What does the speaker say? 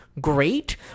Great